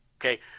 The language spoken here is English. Okay